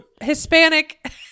Hispanic